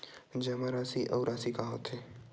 जमा राशि अउ राशि का होथे?